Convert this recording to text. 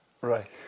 Right